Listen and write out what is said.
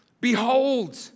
behold